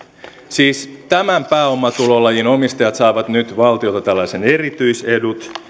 siis tämän pääomatulolajin omistajat saavat nyt valtiolta tällaiset erityisedut